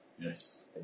Yes